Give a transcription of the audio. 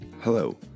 Hello